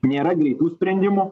nėra greitų sprendimų